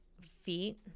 feet